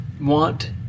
want